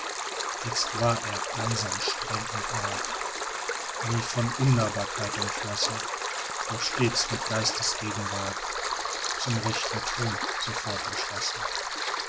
jetzt war er eisern streng und hart wie von unnahbarkeit umflossen doch stets mit geistesgegenwart zum rechten thun sofort entschlossen